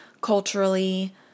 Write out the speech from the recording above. culturally